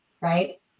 right